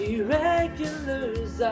Irregulars